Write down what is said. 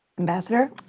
ambassador,